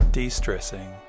De-stressing